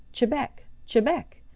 chebec! chebec!